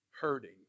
hurting